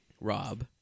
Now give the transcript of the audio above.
Rob